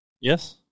Yes